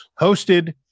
hosted